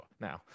now